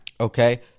okay